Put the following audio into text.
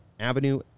avenue